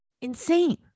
insane